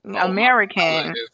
american